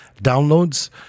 downloads